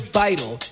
vital